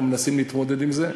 אנחנו מנסים להתמודד עם זה.